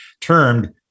termed